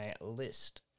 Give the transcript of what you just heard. list